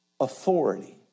authority